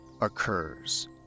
occurs